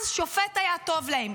אז שופט היה טוב להם.